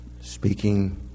Speaking